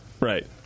Right